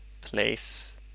place